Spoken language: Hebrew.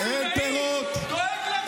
דואג לגלוטן,